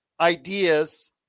ideas